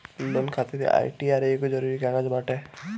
loan खातिर ITR एगो जरुरी कागज बाटे